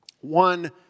One